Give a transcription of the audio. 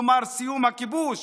כלומר סיום הכיבוש,